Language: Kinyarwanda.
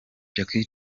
jackie